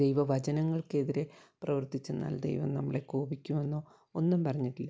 ദൈവ വചനങ്ങൾക്കെതിരെ പ്രവർത്തിച്ചെന്നാൽ ദൈവം നമ്മളെ കോപിക്കുമെന്നോ ഒന്നും പറഞ്ഞിട്ടില്ല